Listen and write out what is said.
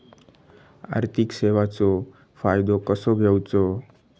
आर्थिक सेवाचो फायदो कसो घेवचो?